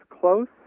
close